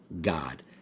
God